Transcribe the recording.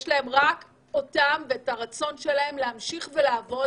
אלא יש להם רק אותם ואת הרצון שלהם להמשיך לעבוד.